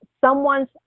someone's